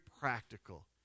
practical